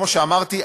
כמו שאמרתי,